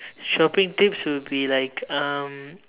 shopping tips will be like um